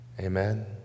Amen